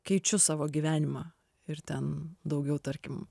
keičiu savo gyvenimą ir ten daugiau tarkim